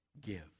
give